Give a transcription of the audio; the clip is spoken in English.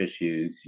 issues